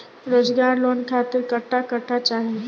रोजगार लोन खातिर कट्ठा कट्ठा चाहीं?